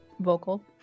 vocal